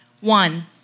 One